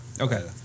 Okay